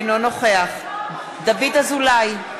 אינו נוכח דוד אזולאי,